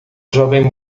jovem